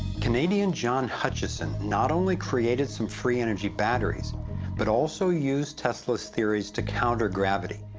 canadian john hutchison not only created some free energy batteries but also used tesla's theories to counter gravity,